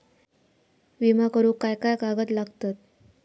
विमा करुक काय काय कागद लागतत?